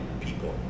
people